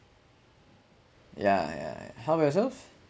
yeah yeah yeah how about yourself